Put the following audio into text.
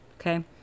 okay